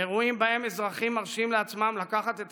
אירועים שבהם אזרחים מרשים לעצמם לקחת את